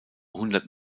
hundert